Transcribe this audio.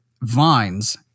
vines